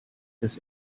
des